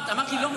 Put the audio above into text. אמרת לי: לא,